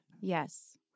Yes